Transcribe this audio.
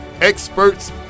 experts